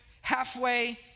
halfway